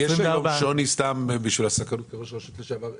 סתם סקרנות כראש רשות לשעבר.